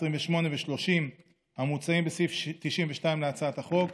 28 ו-30 המוצעים בסעיף 92 להצעת החוק.